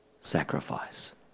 sacrifice